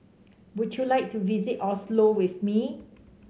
would you like to visit Oslo with me